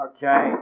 Okay